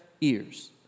ears